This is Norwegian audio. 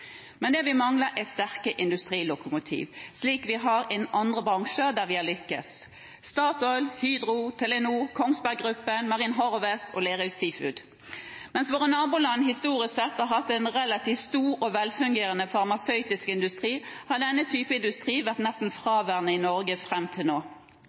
Men det vi mangler, er sterke industrilokomotiver slik vi har innen andre bransjer der vi har lyktes – Statoil, Hydro, Telenor, Kongsberg Gruppen, Marine Harvest og Lerøy Seafood. Mens våre naboland historisk sett har hatt en relativt stor og velfungerende farmasøytisk industri, har denne type industri vært nesten fraværende i Norge fram til nå.